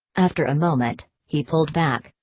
after a moment, he pulled back,